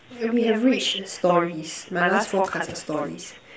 we have reached stories my last four cards are stories